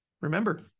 remember